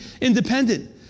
independent